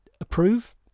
approve